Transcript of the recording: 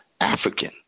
African